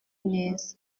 neza